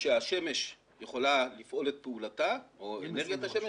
כשהשמש יכולה לפעול את פעולתה או אנרגיית השמש,